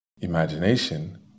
imagination